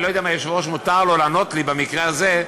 אני לא יודע אם מותר ליושב-ראש לענות לי במקרה הזה,